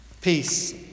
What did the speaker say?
Peace